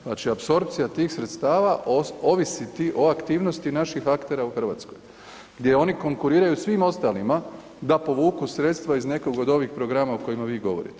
Znači apsorpcija tih sredstava ovisiti o aktivnosti naših aktera u Hrvatskoj gdje oni konkuriraju svim ostalima da povuku sredstva iz nekog od ovih programa o kojima vi govorite.